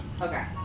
Okay